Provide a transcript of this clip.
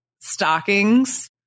stockings